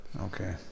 Okay